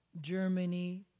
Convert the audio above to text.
Germany